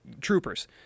Troopers